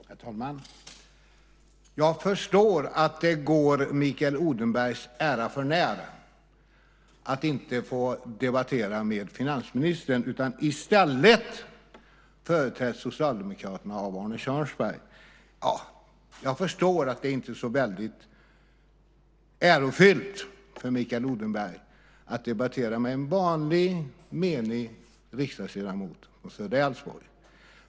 Herr talman! Jag förstår att det går Mikael Odenbergs ära förnär att inte få debattera med finansministern. I stället företräds Socialdemokraterna av Arne Kjörnsberg. Jag förstår att det inte är så väldigt ärofyllt för Mikael Odenberg att debattera med en vanlig menig riksdagsledamot från södra Älvsborg.